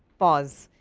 pause!